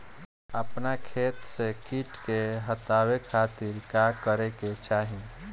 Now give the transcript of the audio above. अपना खेत से कीट के हतावे खातिर का करे के चाही?